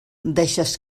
deixes